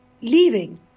leaving